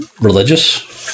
religious